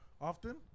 often